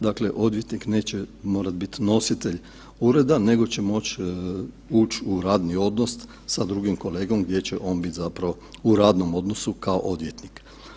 Dakle, odvjetnik neće morati biti nositelj ureda nego će moći ući u radni odnos sa drugim kolegom gdje će on biti zapravo u radnom odnosu kao odvjetnik.